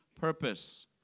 purpose